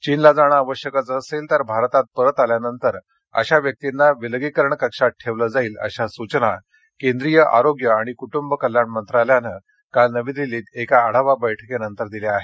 चीनला जाणे आवश्यकच असेल तर भारतात परत आल्यानंतर अशा व्यक्तिंना विलगीकरण कक्षात ठेवले जाईल अशा सुघना केंद्रीय आरोग्य आणि कुटंब कल्याण मंत्रालयानं काल नवी दिल्लीत एका आढावा बैठकीनंतर दिल्या आहेत